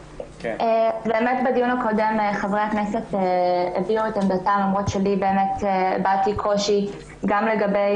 בדיון הקודם חברי הכנסת הביעו את עמדתם למרות שאני הבעתי קושי גם לגבי